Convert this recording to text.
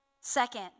Second